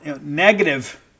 negative